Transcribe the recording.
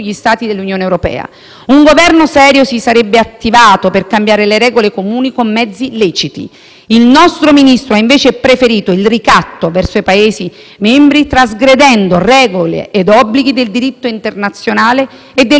Il nostro Ministro ha invece preferito il ricatto verso i Paesi membri, trasgredendo regole e obblighi del diritto internazionale e interno e il Governo tutto gli è andato dietro, perché non ha trovato la forza politica per fermarlo.